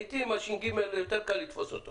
לעיתים, הש"ג, יותר קל לתפוס אותו